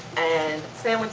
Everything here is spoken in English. and sam,